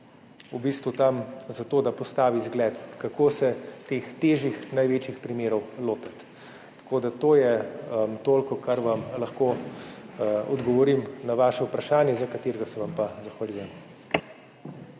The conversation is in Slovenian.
v bistvu tam za to, da postavi zgled, kako se teh težjih, največjih primerov lotiti. To je toliko, kar vam lahko odgovorim na vaše vprašanje, za katerega se vam pa zahvaljujem.